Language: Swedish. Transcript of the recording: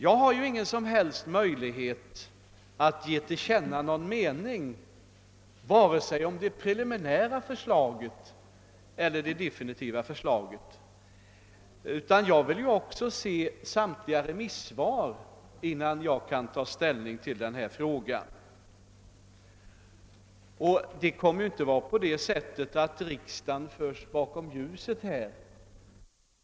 Jag har ingen som helst möjlighet att nu ge till känna någon mening, vare sig om det preliminära förslaget eller om det definitiva, utan jag vill se också samtliga remissvar innan jag kan ta ställning till frågan. Riksdagen kommer inte att föras bakom ljuset, ty detta är ju en fråga som slutligen måste avgöras i riksdagen. Även den här interpellationen förutan hade riksdagen således fått ta ställning i detta ärende.